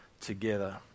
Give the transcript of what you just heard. together